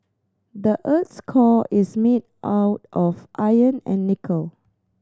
the earth's core is made all of iron and nickel